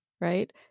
right